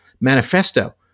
manifesto